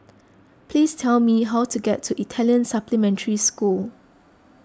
please tell me how to get to Italian Supplementary School